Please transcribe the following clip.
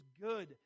good